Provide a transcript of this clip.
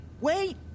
Wait